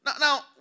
Now